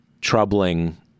troubling